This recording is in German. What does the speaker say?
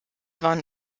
waren